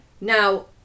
Now